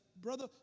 brother